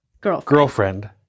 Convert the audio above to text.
Girlfriend